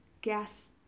gas